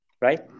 right